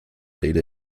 data